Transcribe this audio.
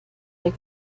der